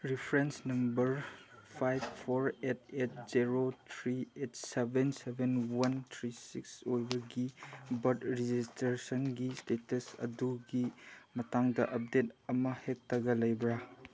reference number five four eight eight zero three eight seven seven one three six ꯑꯣꯏꯕꯒꯤ ꯕꯥꯔꯠ ꯔꯦꯖꯤꯁꯇ꯭ꯔꯦꯁꯟꯒꯤ status ꯑꯗꯨꯒꯤ ꯃꯇꯥꯡꯗ update ꯑꯃ ꯍꯦꯛꯇꯒ ꯂꯩꯕ꯭ꯔꯥ